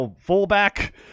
fullback